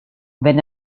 venne